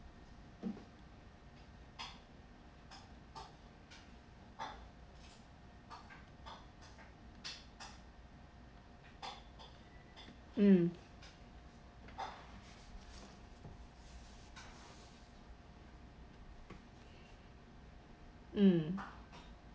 mm mm